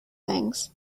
things